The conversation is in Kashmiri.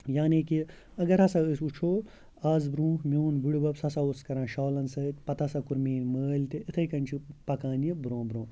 یعنی کہِ اگر ہَسا أسۍ وٕچھو اَز برونٛہہ میون بٔڈۍ بَب سُہ ہَسا اوس کَران شالَن سۭتۍ پَتہٕ ہَسا کوٚر میٛٲنۍ مٲلۍ تہِ اِتھَے کٔنۍ چھِ پَکان یہِ برونٛہہ برونٛہہ